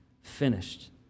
finished